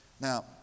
Now